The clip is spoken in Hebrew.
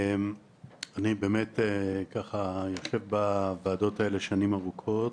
אני באמת יושב בוועדות האלה שנים ארוכות.